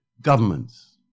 Governments